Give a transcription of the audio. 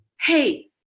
Hey